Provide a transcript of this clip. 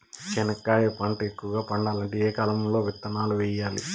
చెనక్కాయ పంట ఎక్కువగా పండాలంటే ఏ కాలము లో విత్తనాలు వేయాలి?